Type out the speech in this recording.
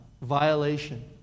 violation